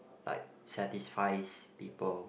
like satisfies people